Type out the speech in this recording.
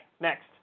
next